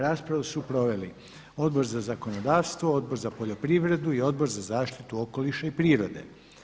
Raspravu su proveli: Odbor za zakonodavstvo, Odbor za poljoprivredu i Odbor za zaštitu okoliša i prirode.